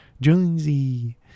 Jonesy